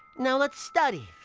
now, let's study.